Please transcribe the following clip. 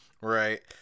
Right